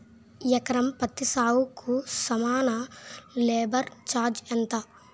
ఎకరం పత్తి సాగుకు సుమారు లేబర్ ఛార్జ్ ఎంత?